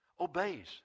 obeys